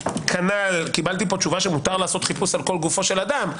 - כנ"ל קיבלתי תשובה שמותר לעשות חיפוש על כל גופו של אדם.